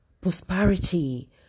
prosperity